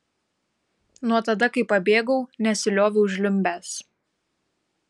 nuo tada kai pabėgau nesilioviau žliumbęs